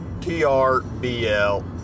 T-R-B-L